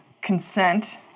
consent